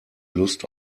lust